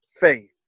faith